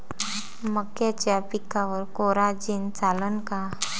मक्याच्या पिकावर कोराजेन चालन का?